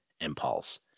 impulse